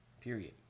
Period